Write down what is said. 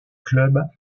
club